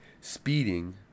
speeding